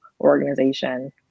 organization